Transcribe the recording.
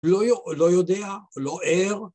‫לא יודע, לא ער.